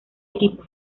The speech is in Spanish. equipo